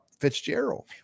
Fitzgerald